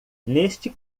neste